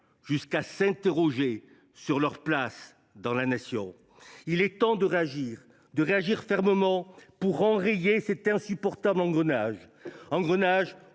jusqu’à s’interroger sur leur place dans la Nation. Il est temps de réagir fermement pour enrayer cet insupportable engrenage